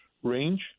Range